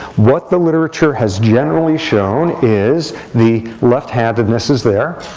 what the literature has generally shown is the left-handedness is there.